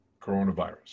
coronavirus